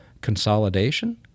consolidation